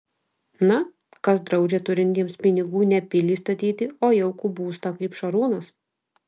na kas draudžia turintiems pinigų ne pilį statyti o jaukų būstą kaip šarūnas